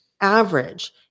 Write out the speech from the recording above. average